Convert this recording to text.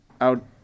out